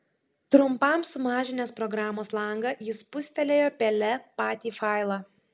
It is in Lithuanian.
trumpam sumažinęs programos langą jis spustelėjo pele patį failą